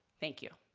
thank you.